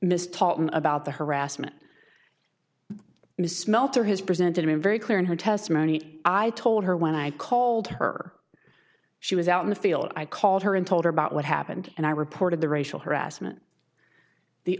miss talking about the harassment smelter has presented in very clear in her testimony i told her when i called her she was out in the field i called her and told her about what happened and i reported the racial harassment the